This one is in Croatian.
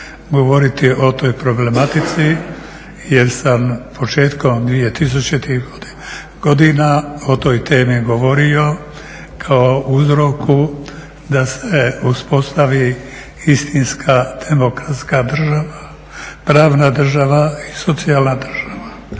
govoriti o toj problematici jer sam početkom 2000.-ih godina o toj temi govorio kao uzroku da se uspostavi istinska demokratska država, pravna država i socijalna država.